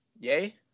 Yay